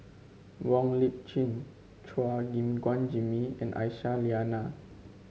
Wong Lip Chin Chua Gim Guan Jimmy and Aisyah Lyana